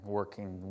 working